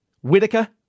Whitaker